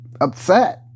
upset